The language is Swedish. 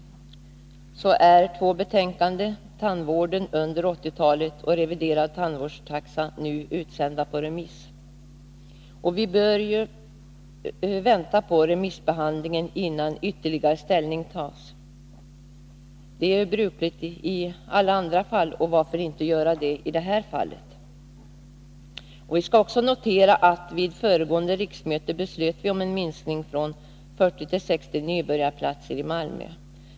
Två betänkanden, Tandvården under 80-talet och Reviderad tandvårdstaxa, är nu utsända för remiss, och vi bör vänta på remissbehandlingen innan ställning tas. Det är brukligt i alla andra fall, varför inte också i det här? Det bör noteras att vi vid föregående riksmöte beslöt om en minskning i Malmö med 40 nybörjarplatser till 60.